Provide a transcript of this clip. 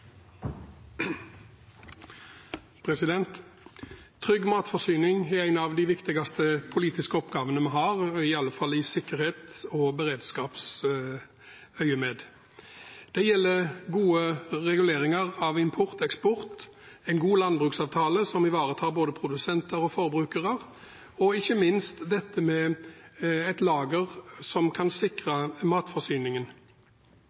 Det gjelder gode reguleringer av import og eksport, en god landbruksavtale som ivaretar både produsenter og forbrukere, og ikke minst dette med et lager som kan